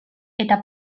eta